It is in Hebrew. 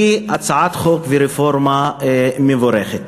שהיא הצעת חוק ורפורמה מבורכת,